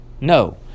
No